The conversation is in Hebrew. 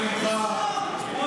דוד, אתה לא מכניס אותו.